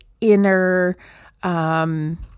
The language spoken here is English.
inner